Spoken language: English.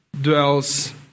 dwells